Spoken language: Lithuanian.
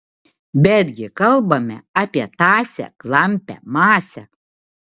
bet gi kalbame apie tąsią klampią masę